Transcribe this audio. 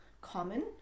common